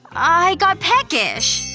i got peckish!